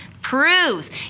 proves